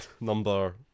number